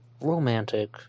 romantic